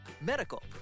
medical